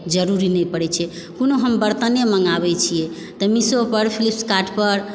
जरुरी नहि पड़ै छै कोनो हम बरतने मङ्गाबै छियै तऽ मिशोपर फ्लिपकार्टपर